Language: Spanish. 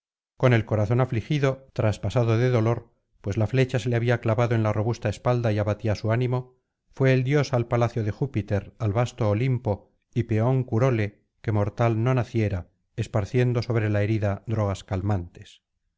con el corazón afligido traspasado de dolor pues la flecha se le había clavado en la robusta espalda y abatía su ánimo fué el dios al palacio de júpiter al vasto olimpo y peón curóle que mortal no naciera esparciendo sobre la herida drogas calmantes